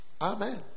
Amen